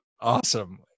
awesome